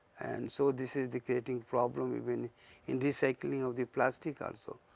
and so this is the creating problem even in recycling of the plastic also,